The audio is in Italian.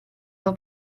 tua